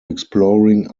exploring